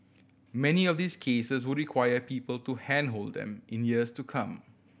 many of these cases would require people to handhold them in years to come